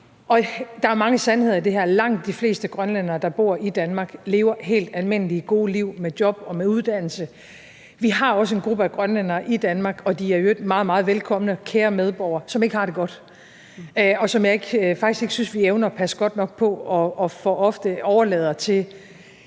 Der er mange sandheder i det her. Langt de fleste grønlændere, der bor i Danmark, lever helt almindelige, gode liv med job og med uddannelse. Vi har også en gruppe af grønlændere i Danmark, og de er i øvrigt meget, meget velkomne, kære medborgere, som ikke har det godt. Dem synes jeg faktisk ikke vi evner at passe godt nok på, og for ofte overlader vi